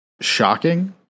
shocking